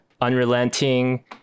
unrelenting